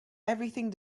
everything